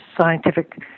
scientific